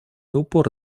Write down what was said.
упор